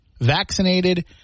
vaccinated